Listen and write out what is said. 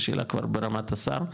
זה שאלה כבר ברמת השר,